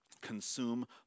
Consume